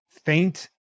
faint